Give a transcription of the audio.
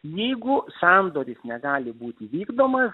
jeigu sandoris negali būti vykdomas